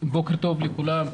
בוקר טוב לכולם.